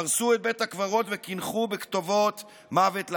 הרסו את בית הקברות וקינחו בכתובות "מוות לערבים".